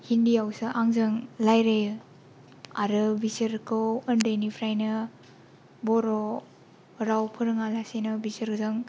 हिन्दिआवसो आंजों रायज्लायो आरो बिसोरखौ उन्दैनिफ्रायनो बर' राव फोरोङालासेनो बिसोरजों